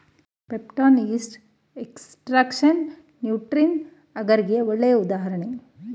peptone, yeast extract nutrient ಅಗರ್ಗೆ ಗೆ ಒಳ್ಳೆ ಉದಾಹರಣೆ